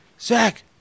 Zach